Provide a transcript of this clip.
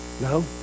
No